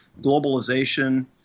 Globalization